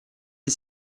est